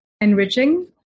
enriching